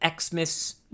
Xmas